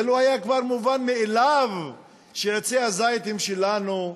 זה כבר לא היה מובן מאליו שעצי הזית הם שלנו,